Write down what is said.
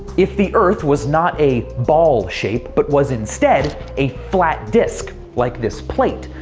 if the earth was not a ball shaped, but was instead a flat disk, like this plate,